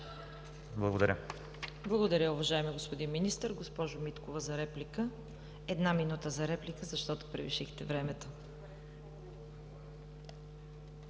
КАРАЯНЧЕВА: Благодаря, уважаеми господин Министър. Госпожо Миткова за реплика – една минута за реплика, защото превишихте времето.